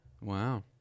Wow